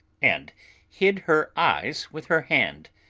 and hid her eyes with her hand.